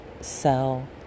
sell